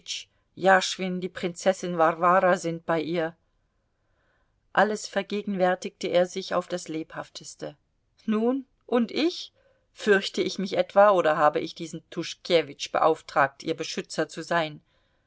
jaschwin die prinzessin warwara sind bei ihr alles vergegenwärtigte er sich auf das lebhafteste nun und ich fürchte ich mich etwa oder habe ich diesen tuschkewitsch beauftragt ihr beschützer zu sein